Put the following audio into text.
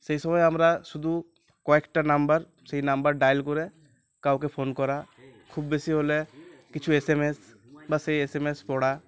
সেই সময় আমরা শুধু কয়েকটা নাম্বার সেই নাম্বার ডায়াল করে কাউকে ফোন করা খুব বেশি হলে কিছু এসএমএস বা সেই এসএমএস পড়া